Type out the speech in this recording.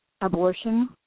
abortion